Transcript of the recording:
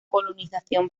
colonización